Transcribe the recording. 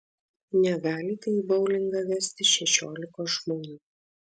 negalite į boulingą vestis šešiolikos žmonių